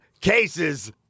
cases